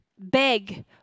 beg